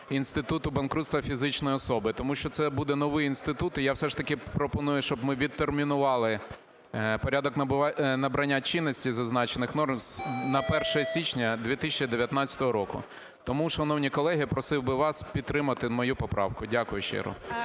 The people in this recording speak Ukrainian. інституту банкрутства фізичної особи, тому що це буде новий інститут, і я все ж таки пропоную, щоб ми відтермінували порядок набрання чинності зазначених норм на 1 січня 2019 року. Тому, шановні колеги, просив би вас підтримати мою поправку. Дякую щиро.